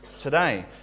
today